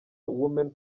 women